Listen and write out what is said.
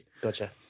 Gotcha